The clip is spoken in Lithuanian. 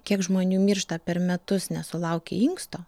kiek žmonių miršta per metus nesulaukę inksto